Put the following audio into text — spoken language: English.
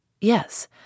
Yes